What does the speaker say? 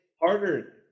Harder